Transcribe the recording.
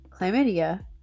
chlamydia